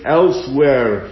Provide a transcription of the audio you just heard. elsewhere